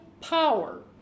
power